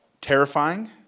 terrifying